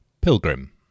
Pilgrim